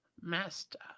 Master